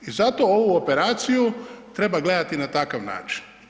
I zato ovu operaciju treba gledati na takav način.